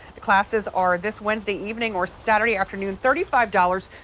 classes are this wednesday evening or saturday afternoon. thirty five dollars.